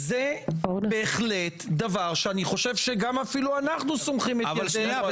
זה בהחלט דבר שאני חושב שגם אפילו אנחנו סומכים את ידינו עליו.